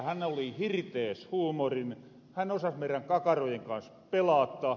hän osas meirän kakarojen kans pelata